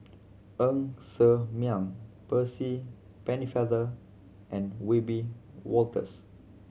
Ng Ser Miang Percy Pennefather and Wiebe Wolters